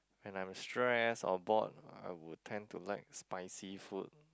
when I'm stress or bored I would tend to like spicy food